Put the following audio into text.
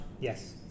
Yes